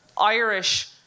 Irish